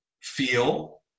feel